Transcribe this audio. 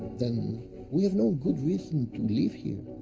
then we have no good reason to live here.